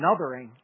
anothering